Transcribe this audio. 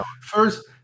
first